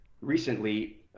recently